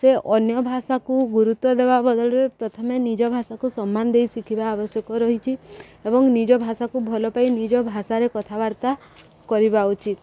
ସେ ଅନ୍ୟ ଭାଷାକୁ ଗୁରୁତ୍ୱ ଦେବା ବଦଳରେ ପ୍ରଥମେ ନିଜ ଭାଷାକୁ ସମ୍ମାନ ଦେଇ ଶିଖିବା ଆବଶ୍ୟକ ରହିଛି ଏବଂ ନିଜ ଭାଷାକୁ ଭଲପାଇ ନିଜ ଭାଷାରେ କଥାବାର୍ତ୍ତା କରିବା ଉଚିତ୍